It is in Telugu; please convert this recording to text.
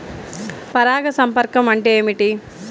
పరాగ సంపర్కం అంటే ఏమిటి?